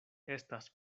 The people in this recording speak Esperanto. estas